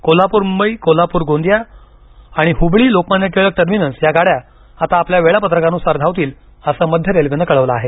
कोल्हापूर मुंबई कोल्हापूर गोंदिया आणि हुबळी लोकमान्य टिळक टर्मिनस या गाड्या आता आपल्या वेळापत्रकानुसार धावतील असं मध्य रेल्वेनं कळवलं आहे